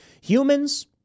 Humans